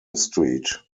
street